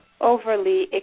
overly